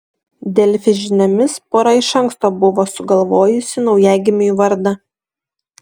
delfi žiniomis pora iš anksto buvo sugalvojusi naujagimiui vardą